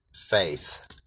faith